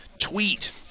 tweet